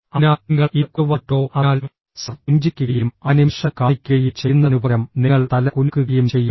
അതിനാൽ നിങ്ങൾ ഇത് കൊണ്ടുവന്നിട്ടുണ്ടോ അതിനാൽ സർ പുഞ്ചിരിക്കുകയും ആനിമേഷൻ കാണിക്കുകയും ചെയ്യുന്നതിനുപകരം നിങ്ങൾ തല കുലുക്കുകയും ചെയ്യുക